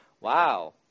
wow